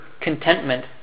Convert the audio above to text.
contentment